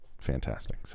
fantastic